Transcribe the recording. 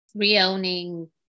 reowning